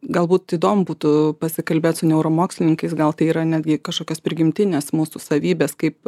galbūt įdomu būtų pasikalbėt su neuromokslininkais gal tai yra netgi kažkokios prigimtinės mūsų savybės kaip